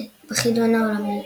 בחידון העולמי.